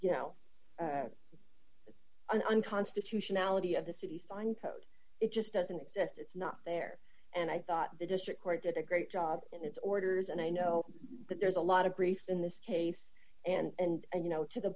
you know unconstitutionality of the city sign code it just doesn't exist it's not there and i thought the district court did a great job in its orders and i know that there's a lot of grief in this case and you know to the